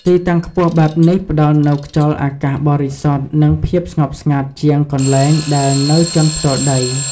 ទីតាំងខ្ពស់បែបនេះផ្ដល់នូវខ្យល់អាកាសបរិសុទ្ធ និងភាពស្ងប់ស្ងាត់ជាងកន្លែងដែលនៅជាន់ផ្ទាល់ដី។